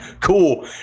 cool